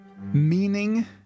Meaning